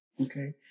Okay